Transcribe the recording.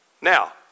now